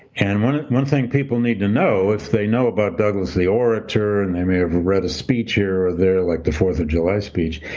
and one ah one thing people need to know if they know about douglass the orator, and they may have read a speech here or there like the fourth of july speech,